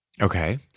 Okay